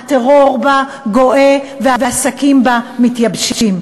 הטרור בה גואה והעסקים בה מתייבשים.